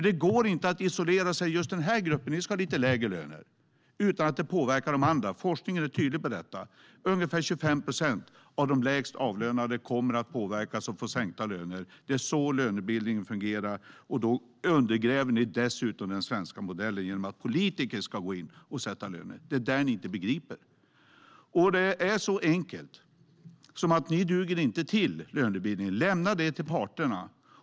Det går inte att isolerat ge en grupp lite lägre lön utan att det påverkar de andra. Forskningen är tydlig med detta. Ungefär 25 procent av de lägst avlönade kommer att påverkas och få sänkta löner. Det är så lönebildningen fungerar. Dessutom undergräver ni den svenska modellen om politiker ska gå in och sätta löner, och det är det ni inte begriper. Ni duger inte till att sköta lönebildningen. Lämna det till parterna.